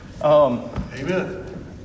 Amen